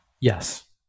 Yes